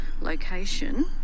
location